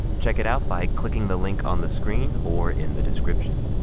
check it out by clicking the link on the screen or in the description.